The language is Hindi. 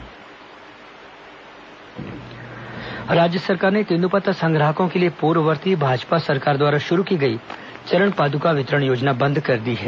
चरण पाद्का राज्य सरकार ने तेंदूपत्ता संग्राहकों के लिए पूर्ववर्ती भाजपा सरकार द्वारा शुरू की गई चरण पादुका वितरण योजना बंद कर दी है